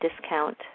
discount